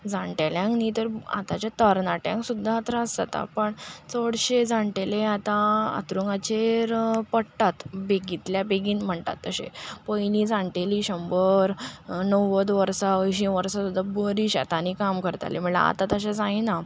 जाण्टेल्यांक न्ही तर आतांच्या तरणाट्यांक सुद्दां त्रास जाता पण चडशे जाण्टेले आतां हातरुणाचेर पडटात बेगींतल्या बेगीन म्हणटात तशे पयलीं जाणटेलीं शंबर णव्वद वर्सां अंयशीं वर्सां सुद्दां बरीं शेतांनी काम करतालीं म्हणल्यार आतां तशें जायना